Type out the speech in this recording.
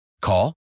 Call